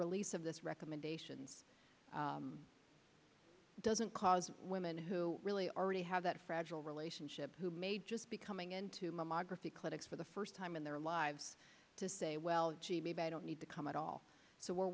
release of this recommendation doesn't cause women who really already have that fragile relationship who may just be coming into mammography clinics for the first time in their lives to say well gee maybe i don't need to come at all so we're